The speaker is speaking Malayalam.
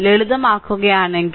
ലളിതമാക്കുകയാണെങ്കിൽ